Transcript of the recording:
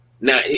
Now